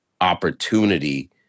opportunity